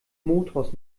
motors